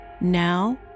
Now